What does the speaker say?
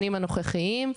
במנגנונים הנוכחיים,